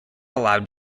allowed